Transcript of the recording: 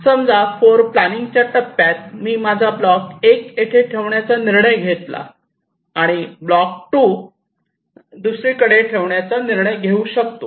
समजा फ्लोरप्लानिंगच्या टप्प्यात मी माझा ब्लॉक 1 येथे ठेवण्याचा निर्णय घेतला ब्लॉक 2 मी येथे ठेवण्याचा निर्णय घेऊ शकतो